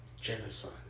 Genocide